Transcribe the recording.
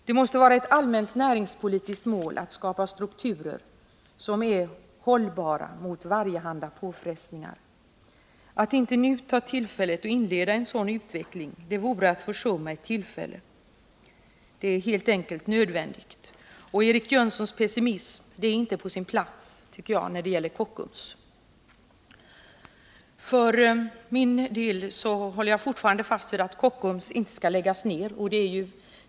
Det måste vara ett allmänt näringspolitiskt mål att skapa strukturer som är hållbara mot varjehanda påfrestningar. Att inte nu inleda en sådan utveckling vore att försumma ett tillfälle. Det är helt enkelt nödvändigt att nu ta tillfället i akt. Eric Jönssons pessimism är inte, tycker jag, på sin plats när det gäller Kockums. För min del håller jag fast vid att Kockums inte skall läggas ned.